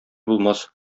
булмас